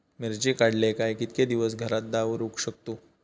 मिर्ची काडले काय कीतके दिवस घरात दवरुक शकतू?